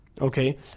Okay